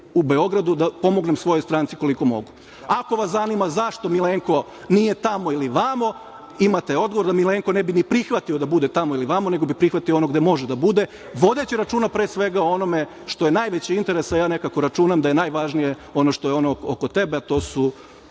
u Beogradu da pomognem svojoj stranci koliko mogu. Ako vas zanima zašto Milenko nije tamo ili vamo, imate odgovor da Milenko ne bi ni prihvatio da bude tamo ili ovamo, nego bi prihvatio da bude ono gde može da bude, vodeći računa pre svega o onome što je najveći interes, a ja nekako računam da je najvažnije ono što je ono oko tebe, a to je